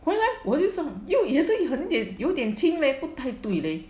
回来我又想又有一些很点有点轻 leh 不太对 leh